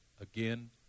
again